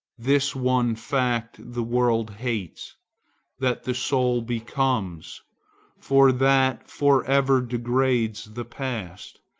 this one fact the world hates that the soul becomes for that for ever degrades the past,